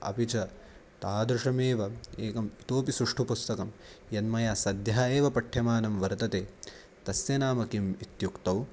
अपि च तादृशमेव एकम् इतोपि सुष्ठु पुस्तकं यन्मया सद्यः एव पठ्यमानं वर्तते तस्य नाम किम् इत्युक्तौ